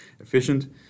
efficient